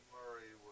Murray